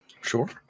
Sure